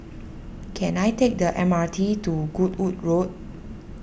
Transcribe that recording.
can I take the M R T to Goodwood Road